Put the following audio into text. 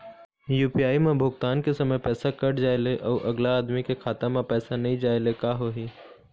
UPI म भुगतान के समय पैसा कट जाय ले, अउ अगला आदमी के खाता म पैसा नई जाय ले का होही?